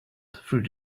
through